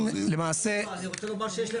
אני רוצה לומר,